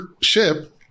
ship